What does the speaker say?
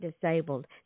disabled